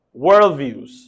worldviews